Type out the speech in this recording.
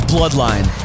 Bloodline